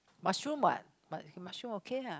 mushroom [what] but mushroom okay ah